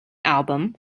album